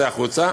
צא החוצה.